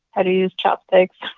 how to use chopsticks